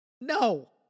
no